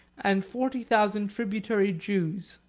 and forty thousand tributary jews.